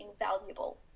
invaluable